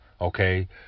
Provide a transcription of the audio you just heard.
okay